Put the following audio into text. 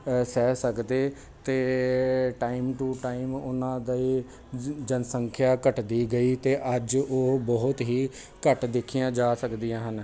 ਸਹਿ ਸਕਦੇ ਅਤੇ ਟਾਈਮ ਟੂ ਟਾਈਮ ਉਹਨਾਂ ਦੇ ਜਨਸੰਖਿਆ ਘਟਦੀ ਗਈ ਅਤੇ ਅੱਜ ਉਹ ਬਹੁਤ ਹੀ ਘੱਟ ਦੇਖੀਆਂ ਜਾ ਸਕਦੀਆਂ ਹਨ